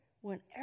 whenever